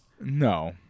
No